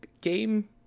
game